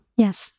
Yes